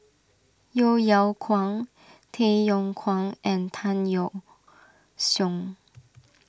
Yeo Yeow Kwang Tay Yong Kwang and Tan Yeok Seong